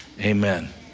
amen